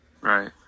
Right